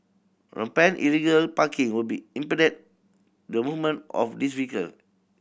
rampant illegal parking will be impede the movement of these vehicle